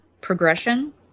progression